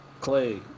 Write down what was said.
clay